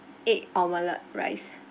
egg omelette rice